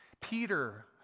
Peter